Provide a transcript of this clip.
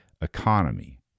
economy